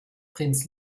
prinz